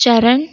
Charan